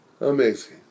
Amazing